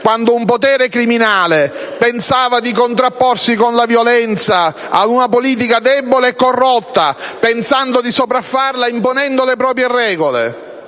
quando un potere criminale pensava di contrapporsi con la violenza ad una politica debole e corrotta pensando di sopraffarla imponendo le proprie regole.